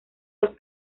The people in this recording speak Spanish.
los